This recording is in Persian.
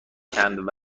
چند